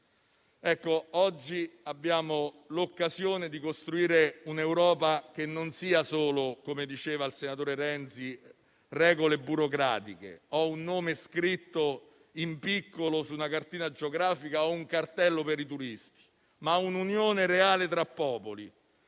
Oggi abbiamo l'occasione di costruire un'Europa che non sia solo regole burocratiche e un nome scritto in piccolo su una cartina geografica o su un cartello per i turisti ma unione reale tra popoli